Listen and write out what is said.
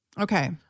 Okay